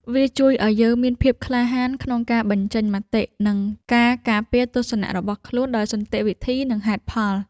វាជួយឱ្យយើងមានភាពក្លាហានក្នុងការបញ្ចេញមតិ និងការការពារទស្សនៈរបស់ខ្លួនដោយសន្តិវិធី និងហេតុផល។